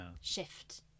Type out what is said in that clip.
shift